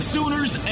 Sooners